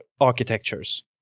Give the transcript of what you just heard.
architectures